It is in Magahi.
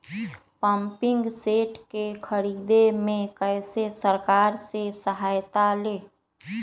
पम्पिंग सेट के ख़रीदे मे कैसे सरकार से सहायता ले?